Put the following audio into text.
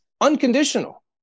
unconditional